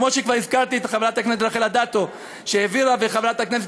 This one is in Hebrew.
כמו שכבר הזכרתי, חברת הכנסת